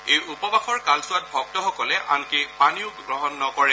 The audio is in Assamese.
এই উপবাসৰ কালছোৱাত ভক্তসকলে আনকি পানীও গ্ৰহণ নকৰে